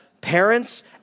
parents